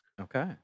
Okay